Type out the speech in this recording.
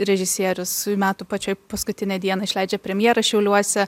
režisierius metų pačioj paskutinę dieną išleidžia premjerą šiauliuose